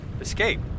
escape